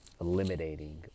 eliminating